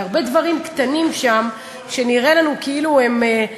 והרבה דברים קטנים שם שנראה לנו כאילו הם,